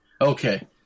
Okay